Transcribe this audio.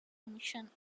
commission